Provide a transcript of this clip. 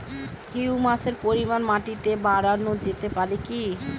হিউমাসের পরিমান মাটিতে বারানো যেতে পারে কি?